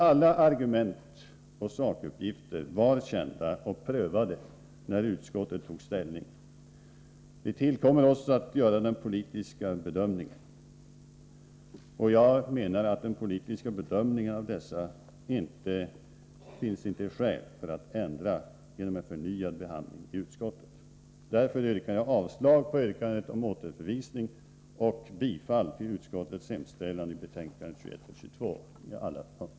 Alla argument och sakuppgifter var kända och prövade när utskottet tog ställning. Det tillkommer oss att göra den politiska bedömningen. Jag menar att det inte finns skäl att ändra den bedömning som vi redan gjort genom en förnyad behandling i utskottet. Jag yrkar därför avslag på yrkandet om återförvisning och bifall till utskottets hemställan i betänkandena 21 och 22 på alla punkter.